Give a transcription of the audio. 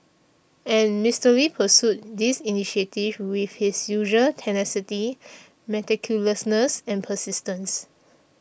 and Mister Lee pursued this initiative with his usual tenacity meticulousness and persistence